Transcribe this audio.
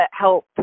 help